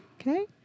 Okay